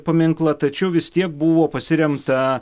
paminklą tačiau vis tiek buvo pasiremta